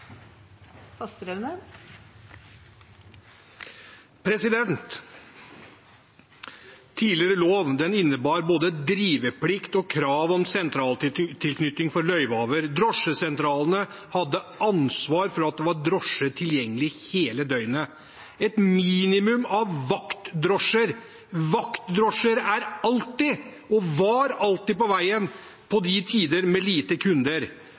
dereguleringen. Tidligere lov innebar både driveplikt og krav om sentraltilknytning for løyvehaver. Drosjesentralene hadde ansvar for at det var drosjer tilgjengelig hele døgnet – et minimum av vaktdrosjer. Vaktdrosjer er alltid – og var alltid – på veien på tider med lite kunder.